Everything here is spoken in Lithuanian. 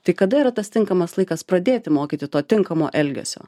tai kada yra tas tinkamas laikas pradėti mokyti to tinkamo elgesio